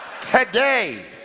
Today